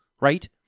right